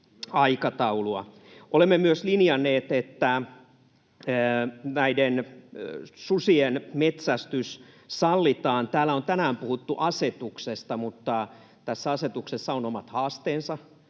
Olemme myös linjanneet, että susien metsästys sallitaan. Täällä on tänään puhuttu asetuksesta, mutta tässä asetuksessa on omat haasteensa.